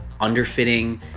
underfitting